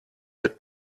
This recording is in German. mit